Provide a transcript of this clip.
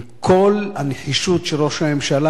עם כל הנחישות של ראש הממשלה,